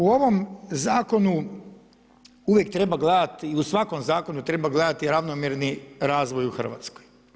U ovom Zakonu uvijek treba gledati, i u svakom zakonu treba gledati ravnomjerni razvoj u Hrvatskoj.